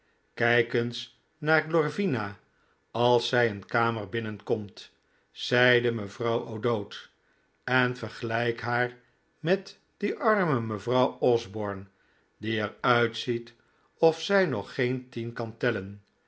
kijk eens naar glorvina als zij een kamer binnenkomt zeide mevrouw o'dowd en vergelijk haar met die arme mevrouw osborne die er uitziet of zij nog geen tien